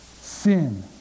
sin